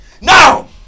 Now